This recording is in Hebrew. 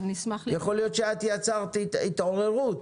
יכול להיות שאת יצרת התעוררות,